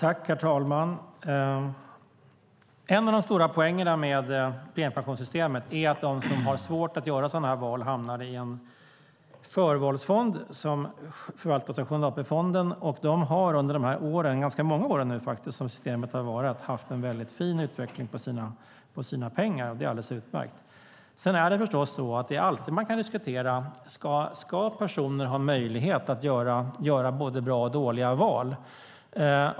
Herr talman! En av de stora poängerna med premiepensionssystemet är att de som har svårt att göra sådana här val hamnar i en förvalsfond som förvaltas av Sjunde AP-fonden. De har, under dessa ganska många år som systemet har funnits, haft en fin utveckling på sina pengar. Det är alldeles utmärkt. Man kan alltid diskutera om personer ska ha möjlighet att göra både bra och dåliga val.